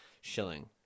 shilling